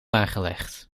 aangelegd